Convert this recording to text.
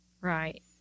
Right